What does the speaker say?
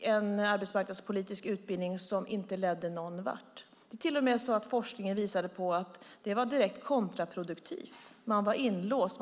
en arbetsmarknadspolitisk utbildning som inte ledde någonvart. Forskningen visade till och med att det var direkt kontraproduktivt. Man var inlåst.